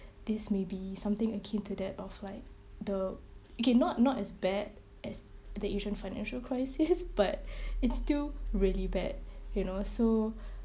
this may be something akin to that of like the okay not not as bad as the asian financial crisis but it's still really bad you know so